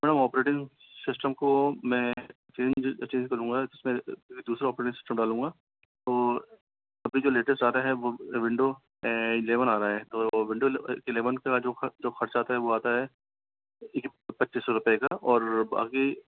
madam operating system को मैं change change करुँगा इसमें दूसरा ऑपरेटिंग सिस्टम डालूँगा और अभी जो लेटेस्ट आता है वो विंडो इलेवन आ रहा है तो विंडो इलेवन का जो जो खर्चा आता है वो आता है पच्चीस सौ रुपय का और बाकी